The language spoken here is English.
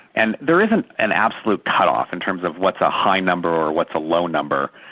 and there isn't an absolute cut-off in terms of what's a high number or what's a low number,